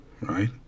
right